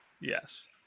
Yes